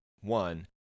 one